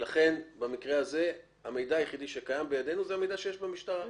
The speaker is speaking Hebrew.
לכן במקרה הזה המידע היחידי שקיים בידינו הוא המידע שיש במשטרה.